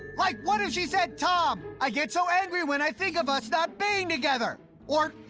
like what if she said, tom, i get so angry when i think of us not being together! or